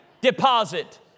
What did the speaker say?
deposit